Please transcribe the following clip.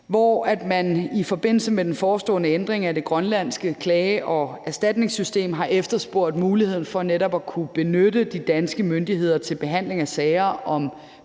hvor man i forbindelse med den forestående ændring af det grønlandske klage- og erstatningssystem har efterspurgt muligheden for netop at kunne benytte de danske myndigheder til behandling af sager om